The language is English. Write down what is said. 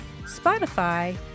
Spotify